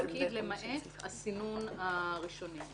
למעט הסינון הראשוני.